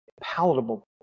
palatable